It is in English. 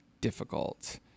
difficult